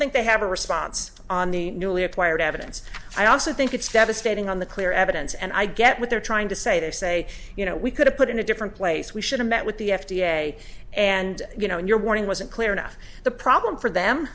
think they have a response on the newly acquired evidence i also think it's devastating on the clear evidence and i get what they're trying to say they say you know we could have put in a different place we should have met with the f d a and you know and your warning wasn't clear enough the problem for them